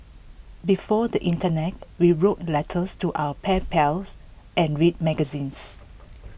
before the Internet we wrote letters to our pen pals and read magazines